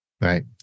Right